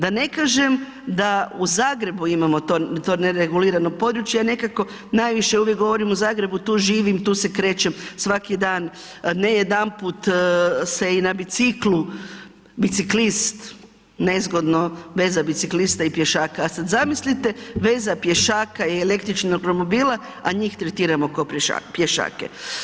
Da ne kažem da u Zagrebu imamo to neregulirano područje, ja nekako najviše uvijek govorim o Zagrebu tu živim, tu se krećem svaki dan, ne jedanput se i na biciklu biciklist nezgodno veza biciklista i pješaka, a sad zamislite veza pješaka i električnog romobila, a njih tretiramo kao pješake.